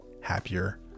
happier